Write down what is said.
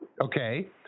Okay